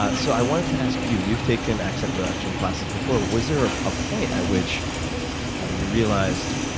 but so i wanted to ask you. you've taken accent reduction classes before. was there ah a point at which you know you realized,